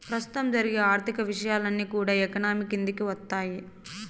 ప్రస్తుతం జరిగే ఆర్థిక విషయాలన్నీ కూడా ఎకానమీ కిందికి వత్తాయి